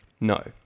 No